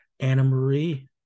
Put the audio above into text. Anna-Marie